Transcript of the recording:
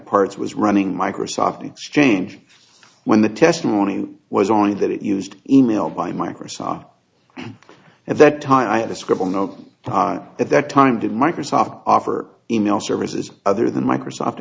parts was running microsoft exchange when the testimony was only that it used email by microsoft and that time i had to scribble note on at that time did microsoft offer email services other than microsoft